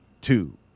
two